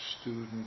student